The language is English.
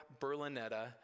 Berlinetta